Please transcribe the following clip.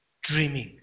dreaming